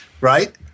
Right